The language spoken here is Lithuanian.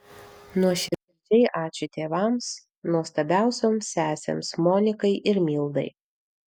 nuoširdžiai ačiū tėvams nuostabiausioms sesėms monikai ir mildai